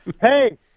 hey